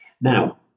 Now